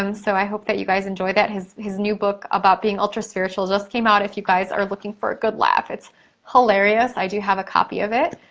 um so, i hope that you guys enjoy that. his his new book about being ultra spiritual just came out if you guys are looking for a good laugh. it's hilarious, i do have a copy of it.